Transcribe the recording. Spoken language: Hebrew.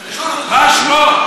מה שמו?